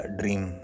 dream